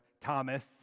Thomas